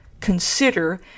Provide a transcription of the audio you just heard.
consider